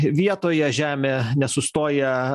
vietoje žemė nesustoja